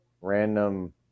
random